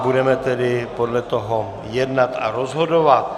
Budeme tedy podle toho jednat a rozhodovat.